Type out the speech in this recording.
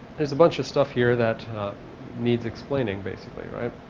there's a bunch of stuff here that needs explaining, basically.